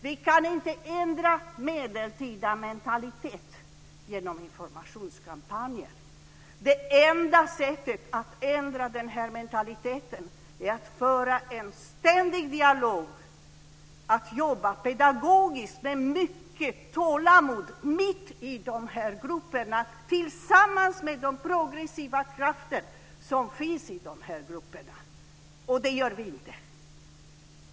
Vi kan inte ändra en medeltida mentalitet genom informationskampanjer. Det enda sättet att ändra den här mentaliteten är att föra en ständig dialog och att jobba pedagogiskt med mycket tålamod mitt i de här grupperna tillsammans med de progressiva krafter som finns i de här grupperna. Och det gör vi inte.